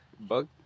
Bug